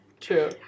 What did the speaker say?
True